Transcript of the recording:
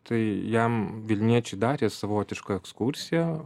tai jam vilniečiai darė savotišką ekskursiją